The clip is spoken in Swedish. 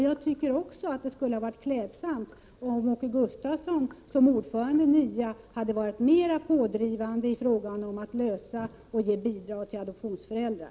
Det hade också varit klädsamt om Åke Gustavsson, som är ordförande i NIA, hade varit mera pådrivande i fråga om att ge bidrag till adoptivföräldrar.